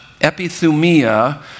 epithumia